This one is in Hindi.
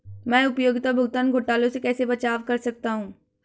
मैं उपयोगिता भुगतान घोटालों से कैसे बचाव कर सकता हूँ?